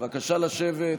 בבקשה לשבת.